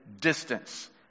distance